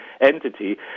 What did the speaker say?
entity